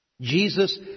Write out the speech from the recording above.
Jesus